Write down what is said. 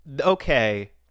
okay